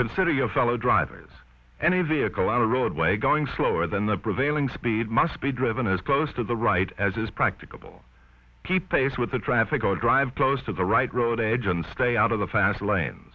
consider your fellow drivers and a vehicle on a roadway going slower than the prevailing speed must be driven as close to the right as is practicable p p s with the traffic or drive close to the right road edge and stay out of the fast lane